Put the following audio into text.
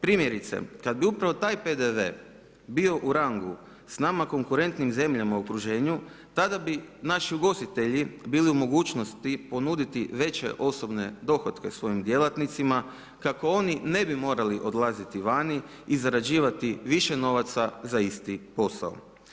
Primjerice, kada bi upravo taj PDV-e bio u rangu s nama konkurentnim zemljama u okruženju, tada bi naši ugostitelji bili u mogućnosti ponuditi veće osobne dohotke svojim djelatnicima kako oni ne bi morali odlaziti vani i zarađivati više novaca za isti posao.